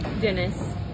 Dennis